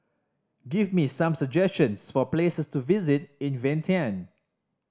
give me some suggestions for places to visit in Vientiane